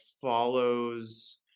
follows